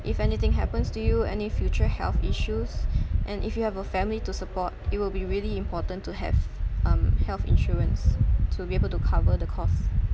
if anything happens to you any future health issues and if you have a family to support it will be really important to have um health insurance to be able to cover the costs